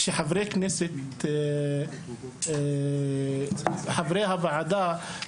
כל חברי הוועדה,